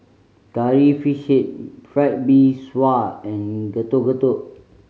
Curry Fish Head Fried Mee Sua and Getuk Getuk